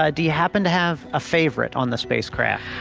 ah, do you happen to have a favorite on the spacecraft?